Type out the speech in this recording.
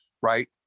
Right